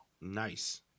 Nice